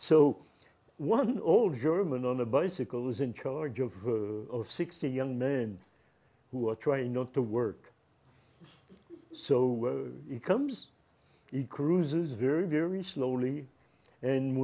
so one old german on a bicycle is in charge of sixty young men who are trained not to work so he comes it cruises very very slowly and